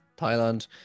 Thailand